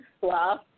Wow